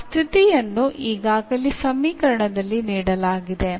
ಆ ಸ್ಥಿತಿಯನ್ನು ಈಗಾಗಲೇ ಸಮೀಕರಣದಲ್ಲಿ ನೀಡಲಾಗಿದೆ